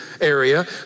area